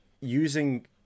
using